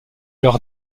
leur